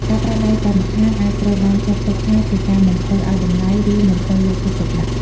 ការប្រើដៃតែម្ខាង អាចត្រូវបានចាត់ទុកថាជាការមិនសូវឱ្យតម្លៃ ឬមិនសូវយកចិត្តទុកដាក់។